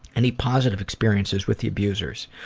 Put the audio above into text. any positive experiences with the abusers?